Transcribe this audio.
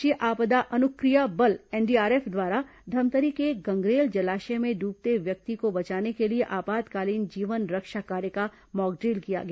राष्ट्रीय आपदा अनुक्रिया बल एनडीआरएफ द्वारा धमतरी के गंगरेल जलाशय में ड्रबते व्यक्ति को बचाने के लिए आपातकालीन जीवन रक्षा कार्य का मॉकड्रिल किया गया